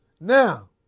Now